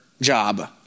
job